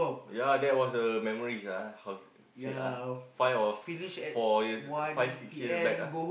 yea that was the memories ah how say lah five or four years five six years back ah